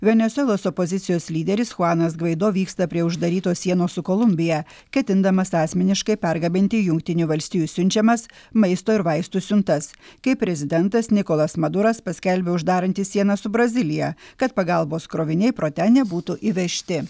venesuelos opozicijos lyderis chuanas gvaido vyksta prie uždarytos sienos su kolumbija ketindamas asmeniškai pergabenti jungtinių valstijų siunčiamas maisto ir vaistų siuntas kai prezidentas nikolas maduras paskelbė uždarantis sieną su brazilija kad pagalbos kroviniai pro ten nebūtų įvežti